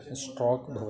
stroke भवति